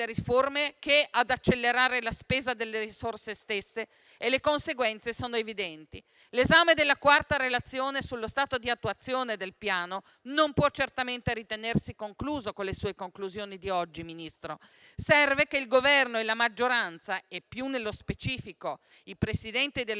riforme che ad accelerare la spesa delle risorse stesse e le conseguenze sono evidenti. L'esame della quarta relazione sullo stato di attuazione del Piano non può certamente ritenersi concluso con le sue conclusioni di oggi, Ministro. Serve che il Governo e la maggioranza - e più nello specifico i Presidenti delle